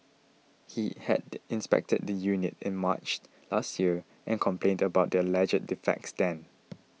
he had inspected the unit in March last year and complained about the alleged defects then